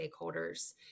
stakeholders